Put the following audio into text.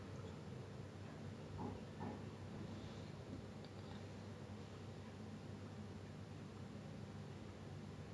oh so for P_S four now wait what I'm playing now is you know I on and check ah so I'm playing call of duty modern warfare now